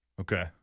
Okay